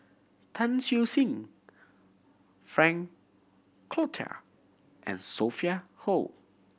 Tan Siew Sin Frank Cloutier and Sophia Hull